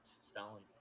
Stalin